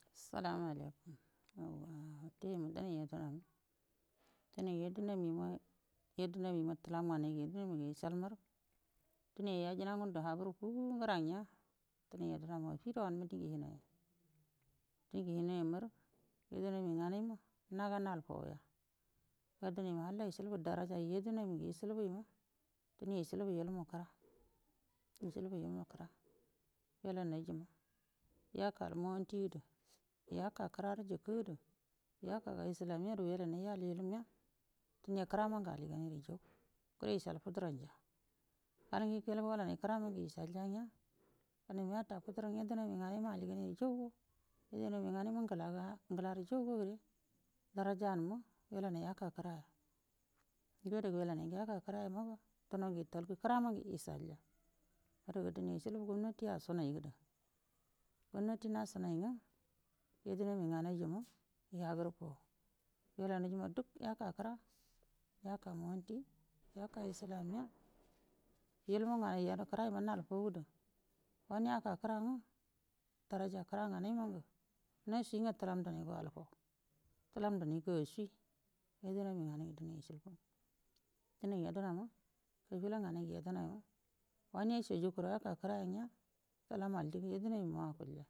Salamu alaikum dim danur yedema dinai yedena yedenamima litam nganai yicolmai yiyai fu ngra maro yedena mi ngau yukoya ye dinai ha ecul gu idarja yedena nu ecul go die yi cilbu ilmu kira dicibu ilmu kia wellanu yilal monti gede yaka kira gede jikkiede yakaga islamiyya gado na kiranmange alligan jau yo yical fudira nja an yici yaneru kiran nge aculg danal yata fudirranga wuka dan alliganyo yo yen di gamu ngela ga darajan wo wellau nai yika kiran wellan yika kira wutal mu kin gan ga wucal ja ada wucilbu gonnatiyan nu ba na glede gonnati nafinai nge yedenamu ngenai yemu wella yajimo duk yika kira monti yaka islamiyya ilmu gan yen kira gal yel fou gede yen aka kira yan aja kira nganai madi yaci nga tilam ngadigo acculja tilandi mego fu yunandi henai dina jikkuri dinai yedana mun wanyo yedena mun wan yacigi kurron yikai kira nge tilanma acul yedene minge acul.